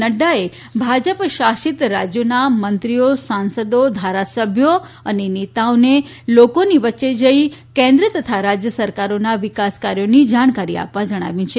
નડૃાએ ભાજપ શાસિત રાજયોના મંત્રીઓ સાંસદો ધારાસભ્યો અને નેતાઓને લોકોની વય્યે જઇ કેન્દ્ર તથા રાજય સરકારોના વિકાસ કાર્યોની જાણકારી આપવા જણાવ્યું છે